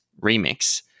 remix